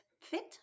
fit